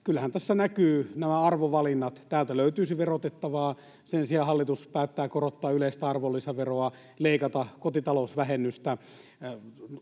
Kyllähän tässä näkyvät arvovalinnat. Täältä löytyisi verotettavaa. Sen sijaan hallitus päättää korottaa yleistä arvonlisäveroa, leikata kotitalousvähennystä,